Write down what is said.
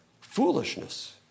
foolishness